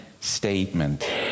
statement